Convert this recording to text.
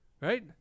Right